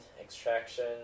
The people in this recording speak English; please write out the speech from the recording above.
extraction